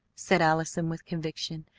said allison with conviction.